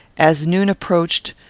as noon approached,